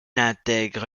intègre